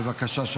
בבקשה,